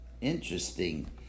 interesting